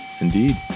indeed